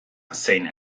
zein